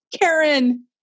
Karen